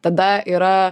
tada yra